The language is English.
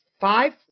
five